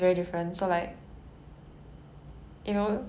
true okay